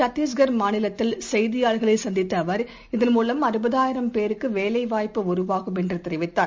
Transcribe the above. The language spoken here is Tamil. சத்தீஸ்கர் மாநிலத்தில் செய்தியாளர்களைசந்தித்தஅவர் இதன் மூலம் அறுபதாயிரம் பேருக்குவேலைவாய்ப்பு உருவாகும் என்றுதெரிவித்தார்